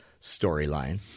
storyline